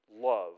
love